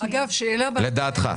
לדעתך.